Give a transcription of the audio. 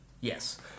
Yes